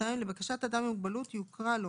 (2)לבקשת אדם עם מוגבלות יוקרא לו